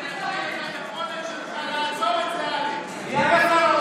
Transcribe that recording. היכולת שלך לעצור את זה, אלכס.